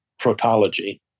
protology